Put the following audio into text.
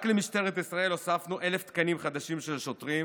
רק למשטרת ישראל הוספנו 1,000 תקנים חדשים של שוטרים